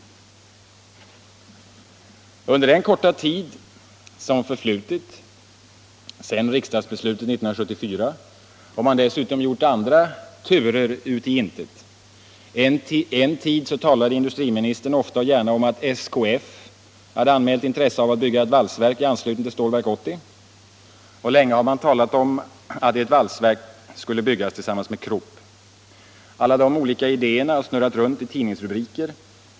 Under den korta tid som förflutit sedan riksdagsbeslutet 1974 har man dessutom gjort andra turer ut i intet. En tid talade industriministern ofta och gärna om att SKF anmält intresse av att bygga ett valsverk i anslutning till Stålverk 80. Länge har man talat om att ett valsverk skulle byggas tillsammans med Krupp. Alla dessa olika idéer har snurrat runt i tidningsrubriker.